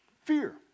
Fear